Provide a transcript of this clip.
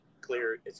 clear